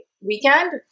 weekend